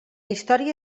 història